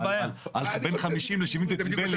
בין 50 ל-70 דציבלים.